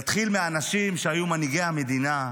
יתחיל מהאנשים שהיו מנהיגי המדינה,